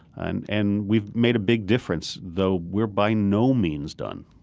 and and we've made a big difference, though we're by no means done